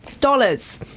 dollars